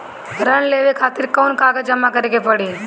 ऋण लेवे खातिर कौन कागज जमा करे के पड़ी?